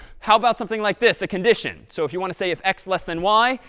how about something like this, a condition? so if you want to say if x less than y,